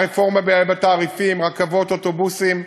הרפורמה בתעריפים של רכבות ואוטובוסים.